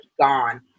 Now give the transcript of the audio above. gone